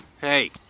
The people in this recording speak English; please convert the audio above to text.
Hey